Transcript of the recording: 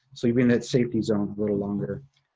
so you'll be in that safety zone a little longer.